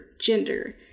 gender